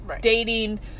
dating